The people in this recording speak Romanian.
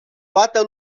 toată